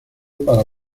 para